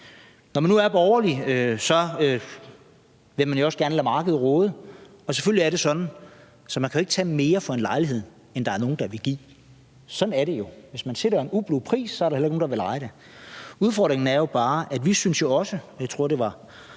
Når man nu er borgerlig, vil man jo også gerne lade markedet råde, og selvfølgelig er det sådan, at man ikke kan tage mere for en lejlighed, end der er nogen der vil give. Sådan er det jo. Hvis man sætter en ublu pris, er der heller ikke nogen, der vil leje det. Udfordringen er jo bare, at vi også synes, der